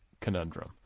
conundrum